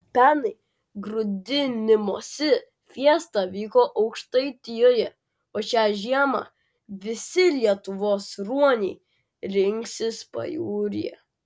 pernai grūdinimosi fiesta vyko aukštaitijoje o šią žiemą visi lietuvos ruoniai rinksis pajūryje